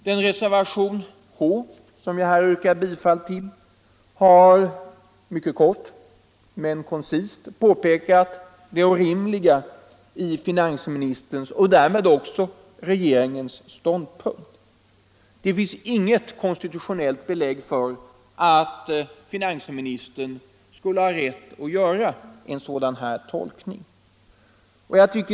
Den reservation H, som jag härmed yrkar bifall till, har mycket kort men koncist påpekat det orimliga i finansministerns och därmed också regeringens ståndpunkt. Det finns inget konstitutionellt belägg för att finansministern skulle ha rätt att göra en sådan här tolkning.